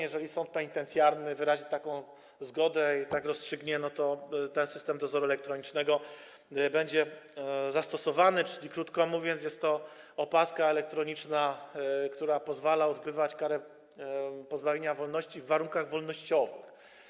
Jeżeli sąd penitencjarny wyrazi taką zgodę i tak rozstrzygnie, to ten system dozoru elektronicznego będzie zastosowany, czyli krótko mówiąc, jest to opaska elektroniczna, która pozwala odbywać karę pozbawienia wolności w warunkach wolnościowych.